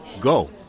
go